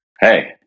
Hey